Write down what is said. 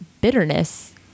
bitterness